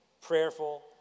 prayerful